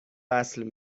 وصل